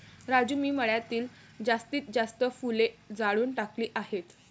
राजू मी मळ्यातील जास्तीत जास्त फुले जाळून टाकली आहेत